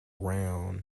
round